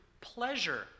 pleasure